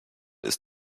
ist